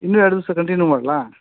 ಇನ್ನೂ ಎರಡು ದಿವಸ ಕಂಟಿನ್ಯೂ ಮಾಡಲಾ